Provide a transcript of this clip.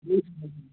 हुन्छ